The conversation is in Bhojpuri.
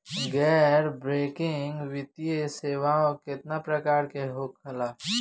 गैर बैंकिंग वित्तीय सेवाओं केतना प्रकार के होला?